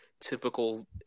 typical